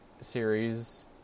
series